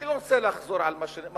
אני לא רוצה לחזור על מה שנאמר.